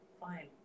fine